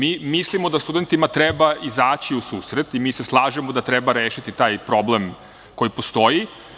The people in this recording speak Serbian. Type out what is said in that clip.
Mi mislimo da studentima treba izađi u susret i mi se slažemo da treba rešiti taj problem koji postoji.